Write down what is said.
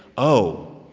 oh,